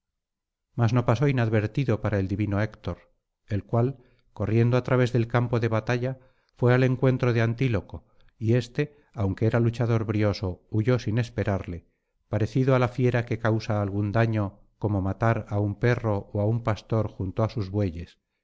mas no pasó inadvertido para el divino héctor el cual corriendo á través del campo de batalla fué al encuentro de antíloco y éste aunque era luchador brioso huyó sin esperarle parecido á la fiera que causa algún daño como matar á un perro ó á un pastor junto á sus bueyes